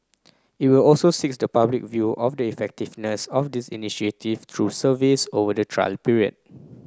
it will also seeks the public view on the effectiveness of this initiative through surveys over the trial period